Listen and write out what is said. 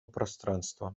пространства